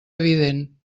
evident